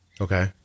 Okay